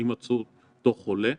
הימצאותו חולה.